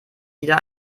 wieder